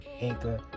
Anchor